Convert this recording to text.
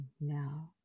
now